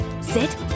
Sit